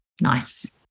nice